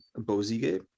Bozige